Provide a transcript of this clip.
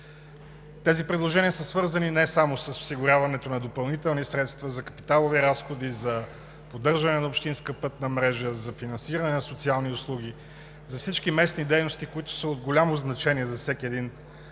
Тези предложения са свързани не само с осигуряването на допълнителни средства за капиталови разходи, за поддържане на общинска пътна мрежа, за финансиране на социални услуги, за всички местни дейности, които са от голямо значение за всеки един